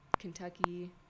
Kentucky